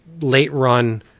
late-run